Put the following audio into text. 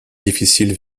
difficile